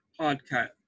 podcast